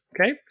okay